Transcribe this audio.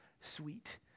sweet